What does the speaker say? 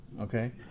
Okay